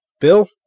Bill